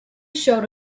showed